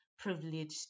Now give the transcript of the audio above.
privileged